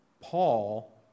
Paul